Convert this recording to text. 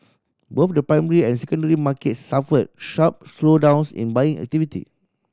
both the primary and secondary markets suffered sharp slowdowns in buying activity